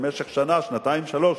במשך שנה-שנתיים-שלוש,